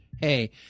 hey